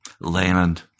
land